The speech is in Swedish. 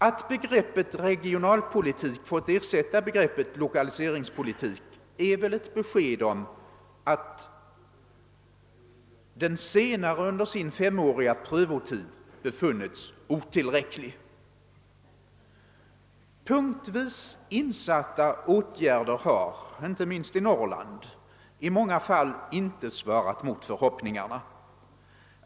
Att begreppet regionalpolitik fått ersätta begreppet lokaliseringspolitik är väl ett besked om att den senare under sin fem åriga prövotid befunnits otillräcklig. Punktvis insatta åtgärder har, inte minst i Norrland, i många fall inte svarat mot förhoppningarna.